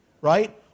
Right